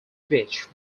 beach